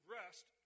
rest